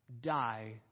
die